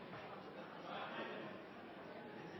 president